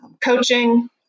coaching